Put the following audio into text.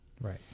Right